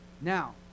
Now